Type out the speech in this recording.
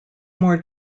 more